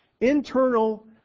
internal